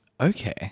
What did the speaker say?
Okay